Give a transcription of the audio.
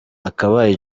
akabaye